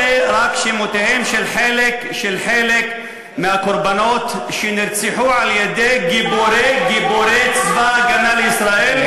אלה רק שמותיהם של חלק מהקורבנות שנרצחו על-ידי גיבורי צבא הגנה לישראל,